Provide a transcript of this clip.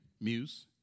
Muse